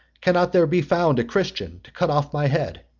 cannot there be found a christian to cut off my head?